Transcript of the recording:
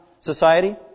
society